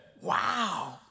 wow